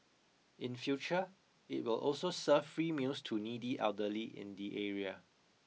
in future it will also serve free meals to needy elderly in the area